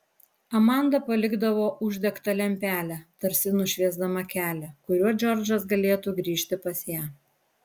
amanda palikdavo uždegtą lempelę tarsi nušviesdama kelią kuriuo džordžas galėtų grįžti pas ją